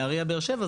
כמו נהריה ובאר שבע,